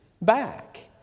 back